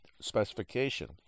specification